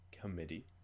committee